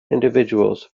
individuals